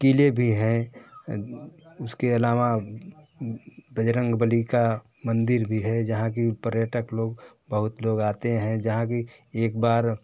किले भी हैं उसके आलावा बजरंगबली का मंदिर भी है जहाँ कि पर्यटक लोग बहुत लोग आते हैं जहाँ कि एकबार